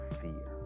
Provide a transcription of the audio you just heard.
fear